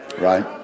Right